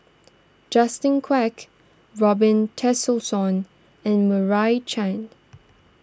Justin Quek Robin Tessensohn and Meira Chand